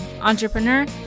entrepreneur